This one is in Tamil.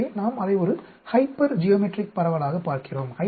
எனவே நாம் அதை ஒரு ஹைப்பர்ஜியோமெட்ரிக் பரவலாகப் பார்க்கிறோம்